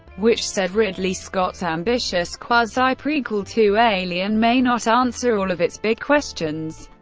which said, ridley scott's ambitious quasi-prequel to alien may not answer all of its big questions,